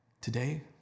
Today